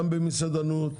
גם במסעדנות,